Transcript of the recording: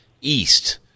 east